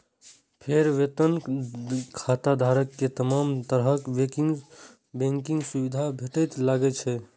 फेर वेतन खाताधारक कें तमाम तरहक बैंकिंग सुविधा भेटय लागै छै